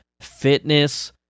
fitness